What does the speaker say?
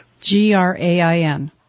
G-R-A-I-N